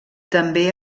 també